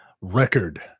record